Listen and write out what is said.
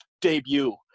debut